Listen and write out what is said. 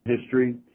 history